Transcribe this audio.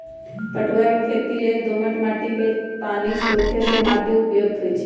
पटूआ के खेती लेल दोमट माटि जे पानि सोखे से माटि उपयुक्त होइ छइ